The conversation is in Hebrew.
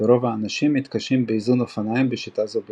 ורוב האנשים מתקשים באיזון אופניים בשיטה זו בלבד.